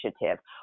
initiative